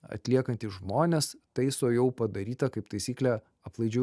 atliekantys žmonės taiso jau padarytą kaip taisyklė aplaidžių